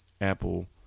Apple